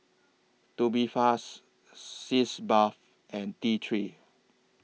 Tubifast Sitz Bath and T three